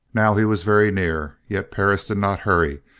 now he was very near, yet perris did not hurry,